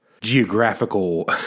geographical